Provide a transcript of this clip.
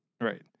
Right